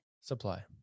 Supply